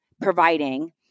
providing